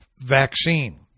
vaccine